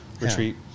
retreat